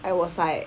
I was like